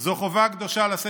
זה צריך להתחיל אצלנו